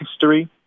history